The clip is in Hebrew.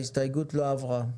ההסתייגות לא עברה.